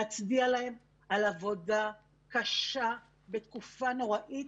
להצדיע להם על העבודה הקשה בתקופה נוראית.